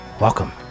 Welcome